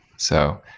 so,